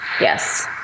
Yes